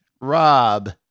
Rob